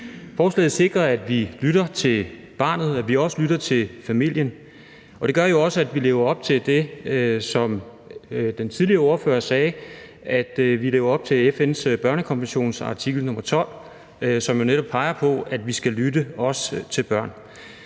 Forslaget sikrer, at vi lytter til barnet, og at vi også lytter til familien. Og det gør også, at vi lever op til det, som den tidligere ordfører sagde, nemlig FN's børnekonventions artikel 12, som jo netop peger på, at vi også skal lytte til børn.